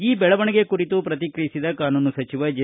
ಈ ಬೆಳವಣಿಗೆ ಕುರಿತು ಪ್ರತಿಕ್ರಿಯಿಸಿದ ಕಾನೂನು ಸಚಿವ ಜೆ